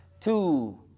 two